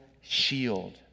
shield